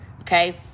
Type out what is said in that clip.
okay